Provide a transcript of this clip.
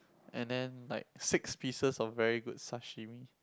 and then like six pieces of very good sashimi